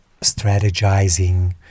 strategizing